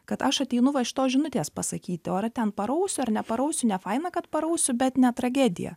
kad aš ateinu va šitos žinutės pasakyti o ar ten parausiu ar neparausiu nefaina kad parausiu bet ne tragedija